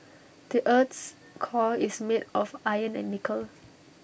the Earth's core is made of iron and nickel